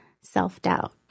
self-doubt